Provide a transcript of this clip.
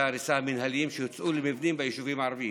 ההריסה המינהליים שהוצאו למבנים ביישובים הערביים,